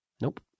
Nope